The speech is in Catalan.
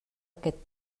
aquest